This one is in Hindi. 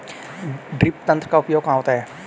ड्रिप तंत्र का उपयोग कहाँ होता है?